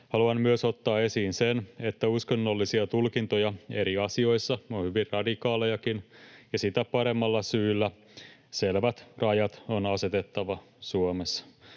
Haluan ottaa esiin myös sen, että uskonnolliset tulkinnat eri asioissa ovat hyvin radikaalejakin ja sitä paremmalla syyllä selvät rajat on asetettava Suomessa.